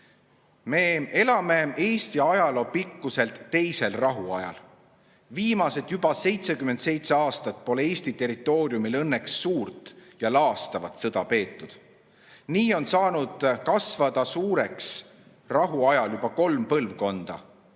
Me elame Eesti ajaloo pikkuselt teisel rahuajal. Juba viimased 77 aastat pole Eesti territooriumil õnneks suurt ja laastavat sõda peetud. Nii on saanud kasvada suureks rahuajal juba kolm põlvkonda,